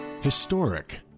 Historic